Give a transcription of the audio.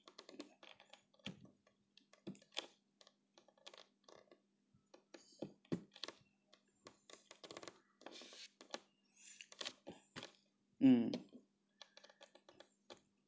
mm